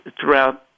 throughout